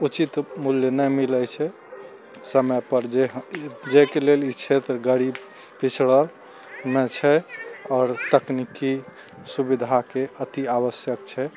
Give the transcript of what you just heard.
उचित मूल्य नहि मिलय छै समयपर जे जाइके लेल ई क्षेत्र गरीब पिछड़लमे छै आओर तकनीकी सुविधाके अति आवश्यक छै